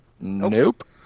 Nope